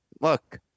look